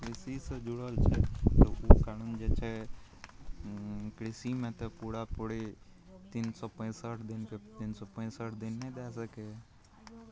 कृषिसे जुड़ल छै तऽ ओहि कारणसे जे छै कृषिमे तऽ पूरा पूरी तीन सओ पैँसठि दिनके तीन सओ पैँसठि दिन नहि दै सकै हइ